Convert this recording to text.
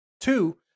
Two